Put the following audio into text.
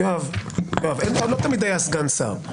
יואב, לא תמיד היה סגן שר.